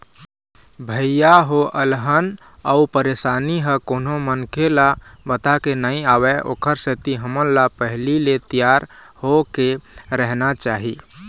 भइया हो अलहन अउ परसानी ह कोनो मनखे ल बताके नइ आवय ओखर सेती हमन ल पहिली ले तियार होके रहना चाही